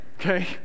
Okay